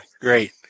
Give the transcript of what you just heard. Great